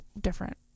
different